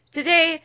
today